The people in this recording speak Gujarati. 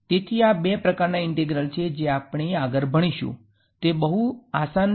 તેથી આ બે પ્રકારનાં ઈંટેગ્રલ્સ છે જે આપણે આગળ ભણીશુ જે બહુજ આસાન છે